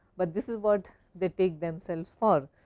but this is what they take themselves for.